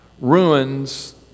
ruins